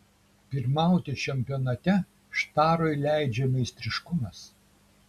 pirmauti čempionate štarui leidžia meistriškumas